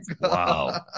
Wow